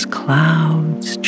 clouds